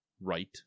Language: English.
Right